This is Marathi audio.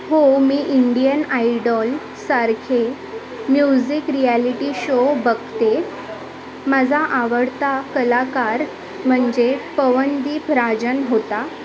हो मी इंडियन आयडॉलसारखे म्युझिक रियालिटी शो बघते माझा आवडता कलाकार म्हणजे पवनदीप राजन होता